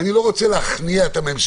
או את הממשלה.